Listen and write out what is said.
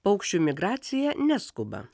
paukščių migracija neskuba